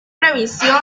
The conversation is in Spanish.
previsión